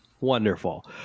wonderful